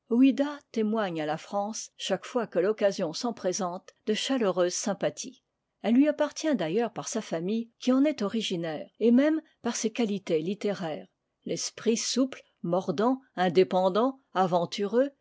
témoigne à la france chaque fois que l'occasion s'en présente de chaleureuses sympathies elle lui appartient d'ailleurs par sa famille qui en est originaire et même par ses qualités littéraires l'esprit souple mordant indépendant aventureux